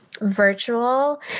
virtual